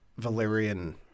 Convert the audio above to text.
Valyrian